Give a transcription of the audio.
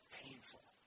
painful